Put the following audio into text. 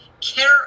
care